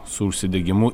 su užsidegimu